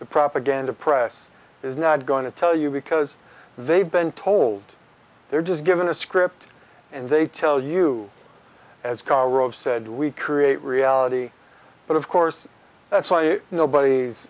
the propaganda press is not going to tell you because they've been told they're just given a script and they tell you as karl rove said we create reality but of course that's nobody's